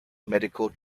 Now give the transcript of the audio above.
medical